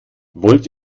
wollt